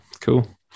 cool